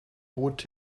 bot